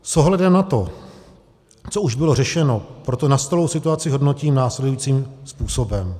S ohledem na to, co už bylo řešeno, proto nastalou situaci hodnotím následujícím způsobem.